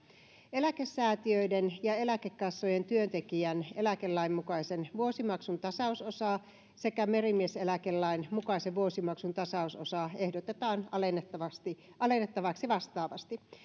eläkesäätiöiden ja eläkekassojen työntekijän eläkelain mukaisen vuosimaksun tasausosaa sekä merimieseläkelain mukaisen vuosimaksun tasausosaa ehdotetaan alennettavaksi alennettavaksi vastaavasti